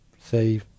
say